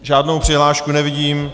Žádnou přihlášku nevidím.